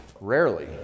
rarely